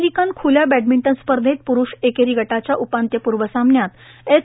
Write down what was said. American खुल्या badminton स्पर्धेत पुरू एकेरी गटाच्या उपान्त्यपूर्व सामन्यात एच